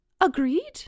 Agreed